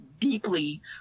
deeply